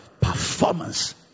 performance